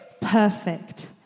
perfect